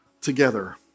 together